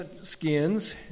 skins